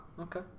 Okay